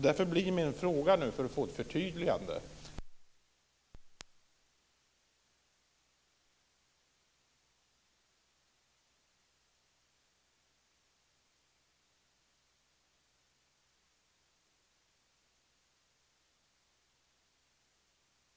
Därför blir min fråga, för att få ett förtydligande: Handlar det om vuxna i största allmänhet, eller handlar det om utbildade personer, lärare eller personer med annan utbildning för skolverksamhet? Jag skulle vara tacksam om jag fick ett förtydligande från Ingegerd Wärnersson om detta.